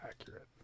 accurate